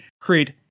create